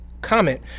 comment